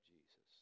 Jesus